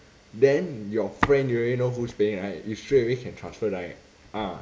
then your friend you already know who's paying right you straightaway can transfer right ah